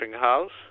house